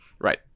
Right